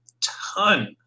ton